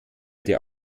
der